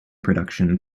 production